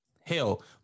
hell